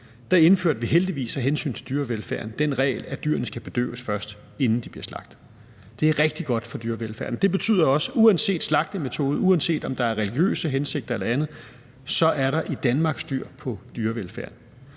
indførte vi heldigvis af hensyn til dyrevelfærden den regel, at dyrene skal bedøves først, inden de bliver slagtet. Det er rigtig godt for dyrevelfærden. Det betyder også, at uanset slagtemetoden, uanset om der er religiøse hensyn eller andet, så er der i Danmark styr på dyrevelfærden.